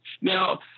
Now